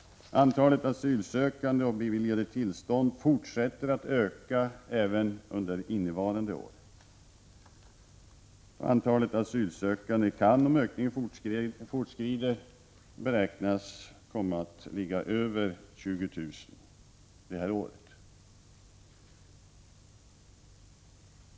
Antalet asylsökande och beviljade uppehållstillstånd fortsätter att öka även under innevarande år. Antalet asylsökande kan, om ökningen fortskrider, beräknas komma att gå upp till över 20 000 det här året.